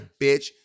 bitch